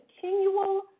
continual